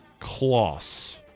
Kloss